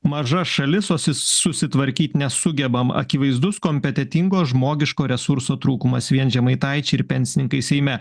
maža šalis o sus susitvarkyt nesugebam akivaizdus kompetentingo žmogiško resurso trūkumas vien žemaitaičiai ir pensininkai seime